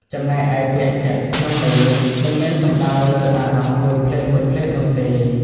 ចំណែកឯ ពាក្យ "ចិត្ត" ក្នុងន័យនេះ មិនមែនសំដៅលើអារម្មណ៍មួយភ្លែតៗនោះទេ។